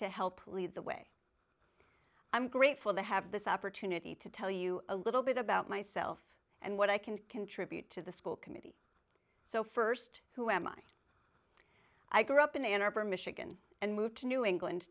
the way i'm grateful to have this opportunity to tell you a little bit about myself and what i can contribute to the school committee so st who am i i grew up in ann arbor michigan and moved to new england